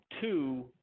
Two